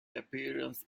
appearance